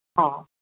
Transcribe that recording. हा